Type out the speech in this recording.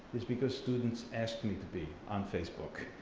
is because students ask me to be on facebook.